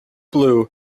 blue